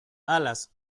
alas